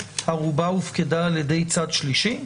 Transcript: הערובה הופקדה על ידי צד שלישי?